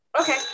Okay